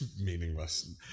meaningless